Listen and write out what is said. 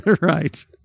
right